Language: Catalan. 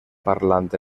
parlant